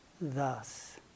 thus